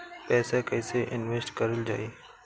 पैसा कईसे इनवेस्ट करल जाई?